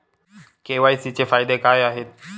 KYC चे फायदे काय आहेत?